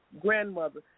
grandmother